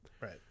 Right